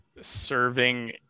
serving